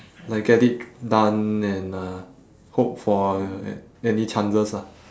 like get it done and uh hope for a~ any chances lah